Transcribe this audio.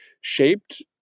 shaped